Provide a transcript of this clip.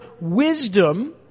wisdom